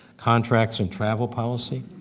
contracts and travel policy.